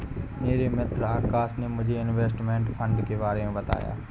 मेरे मित्र आकाश ने मुझे इनवेस्टमेंट फंड के बारे मे बताया